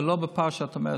אבל לא הפער שאת אומרת,